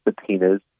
subpoenas